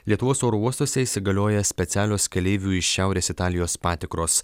lietuvos oro uostuose įsigalioja specialios keleivių iš šiaurės italijos patikros